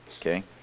okay